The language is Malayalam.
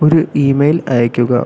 ഒരു ഇമെയിൽ അയയ്ക്കുക